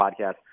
podcast